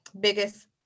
biggest